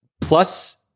plus